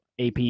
AP